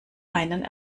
einen